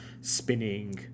spinning